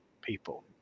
people